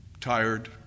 tired